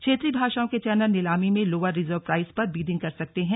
क्षेत्रीय भाषाओं के चैनल नीलामी में लोअर रिजर्व प्राइस पर बिडिंग कर सकते हैं